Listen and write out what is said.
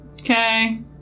Okay